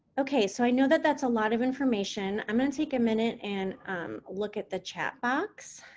okay. so, i know that that's a lot of information. i'm going to take a minute and look at the chat box.